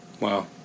Wow